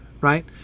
right